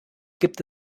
gibt